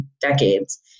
decades